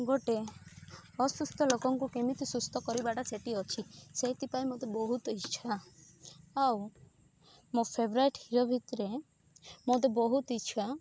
ଗୋଟେ ଅସୁସ୍ଥ ଲୋକଙ୍କୁ କେମିତି ସୁସ୍ଥ କରିବାଟା ସେଇଠି ଅଛି ସେଇଥିପାଇଁ ମତେ ବହୁତ ଇଛା ଆଉ ମୋ ଫେବରାଇଟ ହିରୋ ଭିତରେ ମତେ ବହୁତ ଇଚ୍ଛା